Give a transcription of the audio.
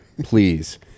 please